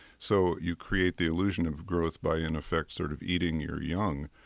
so you create the illusion of growth by in effect sort of eating your young.